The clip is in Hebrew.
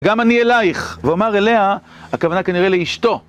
גם אני אלייך, ואומר אליה הכוונה כנראה לאשתו.